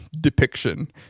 depiction